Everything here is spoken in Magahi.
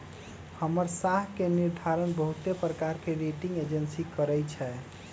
हमर साख के निर्धारण बहुते प्रकार के रेटिंग एजेंसी करइ छै